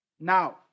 Now